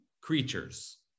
creatures